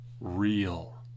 real